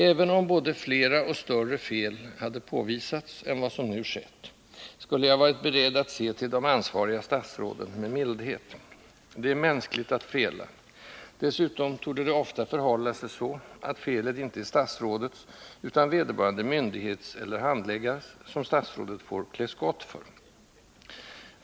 Även om både flera och större fel hade påvisats än vad som nu skett, skulle jag ha varit beredd att se till de ansvariga statsråden med mildhet. Det är mänskligt att fela. Dessutom torde det ofta förhålla sig så att felet icke är statsrådets, utan vederbörande myndighets eller handläggares, som statsrådet får klä skott för.